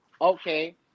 Okay